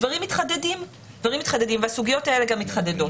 דברים מתחדדים והסוגיות האלה גם מתחדדות.